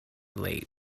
late